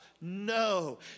No